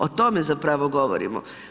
O tome zapravo govorimo.